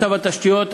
מצב התשתיות,